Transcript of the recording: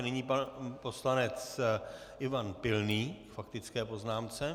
Nyní pan poslanec Ivan Pilný k faktické poznámce.